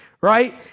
right